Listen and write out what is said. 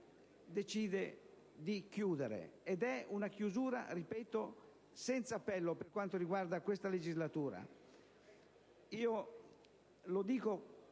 decide di chiudere, ed è una chiusura - ripeto - senza appello per quanto riguarda questa legislatura.